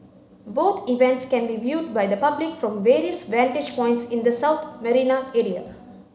both events can be viewed by the public from various vantage points in the South Marina area